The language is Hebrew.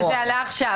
אז זה עלה עכשיו.